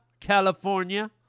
California